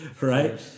Right